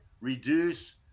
reduce